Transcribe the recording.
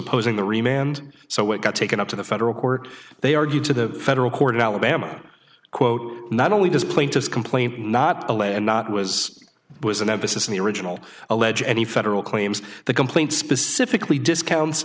opposing the remained so it got taken up to the federal court they argued to the federal court alabama quote not only does plaintiff complaint not a lead not was was an emphasis in the original allege the federal claims the complaint specifically discounts